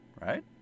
Right